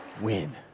win